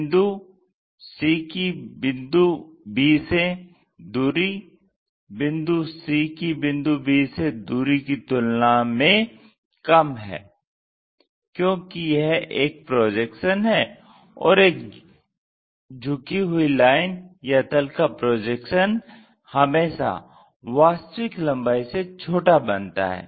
बिंदु c की बिंदु b से दुरी बिंदु C की बिंदु B से दुरी की तुलना में कम है क्योंकि यह एक प्रोजेक्शन है और एक झुकी हुई लाइन या तल का प्रोजेक्शन हमेशा वास्तविक लम्बाई से छोटा बनता है